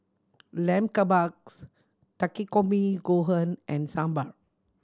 Lamb Kebabs Takikomi Gohan and Sambar